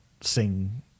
sing